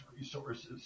resources